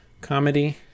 Comedy